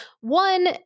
one